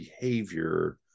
behavior